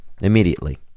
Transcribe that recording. immediately